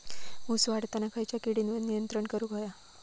ऊस वाढताना खयच्या किडींवर नियंत्रण करुक व्हया?